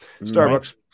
Starbucks